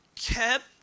kept